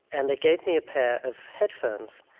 and they gave me a pair of headphones.